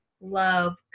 love